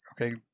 okay